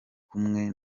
kumwe